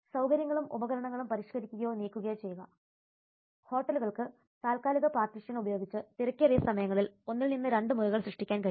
സൌകര്യങ്ങളും ഉപകരണങ്ങളും പരിഷ്ക്കരിക്കുകയോ നീക്കുകയോ ചെയ്യുക ഹോട്ടലുകൾക്ക് താൽക്കാലിക പാർട്ടീഷൻ ഉപയോഗിച്ച് തിരക്കേറിയ സമയങ്ങളിൽ ഒന്നിൽ നിന്ന് രണ്ട് മുറികൾ സൃഷ്ടിക്കാൻ കഴിയും